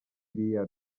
ririya